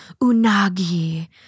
unagi